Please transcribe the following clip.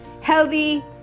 healthy